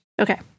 okay